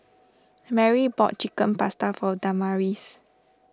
Merrie bought Chicken Pasta for Damaris